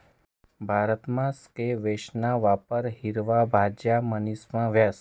भारतमा स्क्वैशना वापर हिरवा भाज्या म्हणीसन व्हस